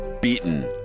beaten